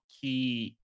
key